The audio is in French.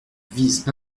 vise